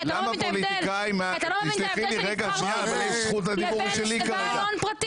כי אתה לא מבין את ההבדל בין נבחר ציבור לבין אדם פרטי.